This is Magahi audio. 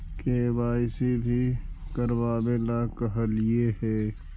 के.वाई.सी भी करवावेला कहलिये हे?